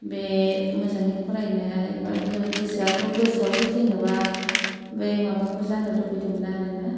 बे मोजाङै फरायनो हायाबाबो गोसोआथ' गोसोआवथ' जेनबा बे माबाखौ जानो लुगबैदोंमोन आरो ना